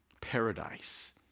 Paradise